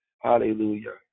hallelujah